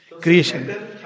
creation